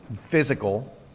physical